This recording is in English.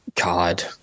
God